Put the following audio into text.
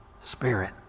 Spirit